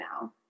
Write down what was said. now